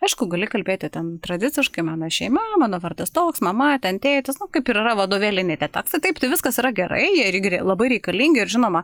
aišku gali kalbėti ten tradiciškai mano šeima mano vardas toks mama ten tėtis kaip ir yra vadovėliniai tie tekstai taip tai viskas yra gerai jie irgi ri labai reikalingi ir žinoma